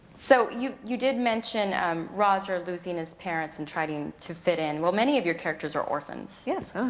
so, you you did mention um roger loosing his parents and trying to fit it. and well, many of your characters are orphans. yes, so